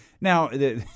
now